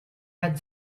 had